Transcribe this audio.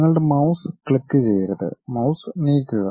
നിങ്ങളുടെ മൌസ് ക്ലിക്കുചെയ്യരുത് മൌസ് നീക്കുക